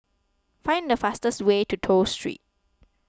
find the fastest way to Toh Street